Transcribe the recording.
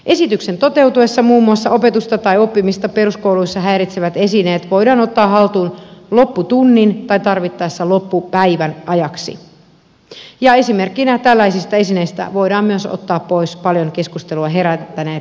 esityksen toteutuessa muun muassa opetusta tai oppimista peruskouluissa häiritsevät esineet voidaan ottaa haltuun lopputunnin tai tarvittaessa loppupäivän ajaksi ja esimerkkinä tällaisista esineistä voidaan myös ottaa pois paljon keskustelua herättäneet matkapuhelimet tilapäisesti